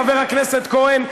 חבר הכנסת כהן,